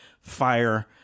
fire